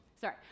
Sorry